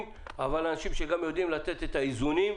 אבל אנחנו גם יודעים לתת איזונים,